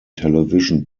television